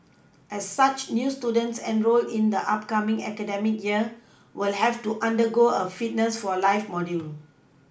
as such new students enrolled in the upcoming academic year will have to undergo a Fitness for life module